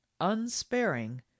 unsparing